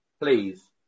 please